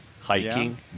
hiking